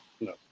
no